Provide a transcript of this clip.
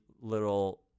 little